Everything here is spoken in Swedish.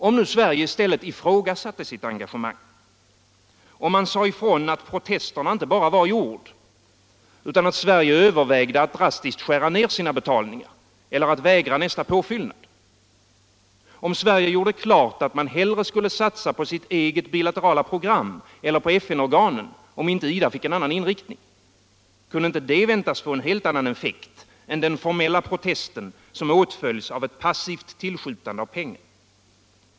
Om nu Sverige i stället ifrågasatte sitt engagemang, om man sade ifrån att protesterna inte bara var i ord utan att Sverige övervägde att drastiskt skära ner sina betalningar eller att vägra nästa påfyllnad, om Sverige gjorde klart att man hellre skulle satsa på sitt eget bilaterala program eller på FN-organen, därest inte IDA fick en annan inriktning, kunde inte det väntas få en helt annan effekt än den formella protesten som åtföljdes av ett passivt tillskjutande av pengar?